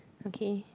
okay